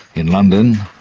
in london,